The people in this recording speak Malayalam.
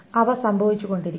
അവ സംഭവിച്ചുകൊണ്ടിരിക്കണം